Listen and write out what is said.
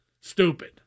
stupid